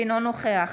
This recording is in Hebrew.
אינו נוכח